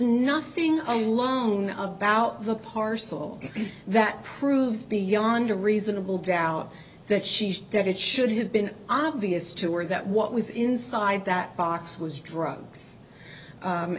nothing on loan about the parcel that proves beyond a reasonable doubt that she's there it should have been obvious to or that what was inside that box was drugs